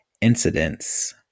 incidents